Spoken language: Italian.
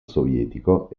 sovietico